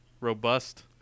robust